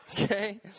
Okay